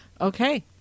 Okay